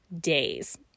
days